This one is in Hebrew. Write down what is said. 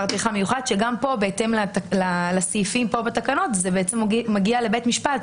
גם פה בהתאם לסעיפים בתקנות זה בעצם מגיע לבית משפט,